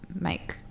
make